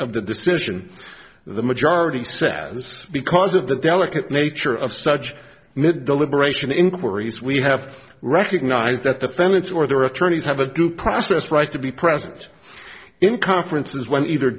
of the decision the majority says because of the delicate nature of such deliberation inquiries we have recognized that the fence or their attorneys have a good process right to be present in conferences when either